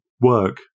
work